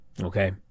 okay